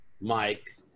Mike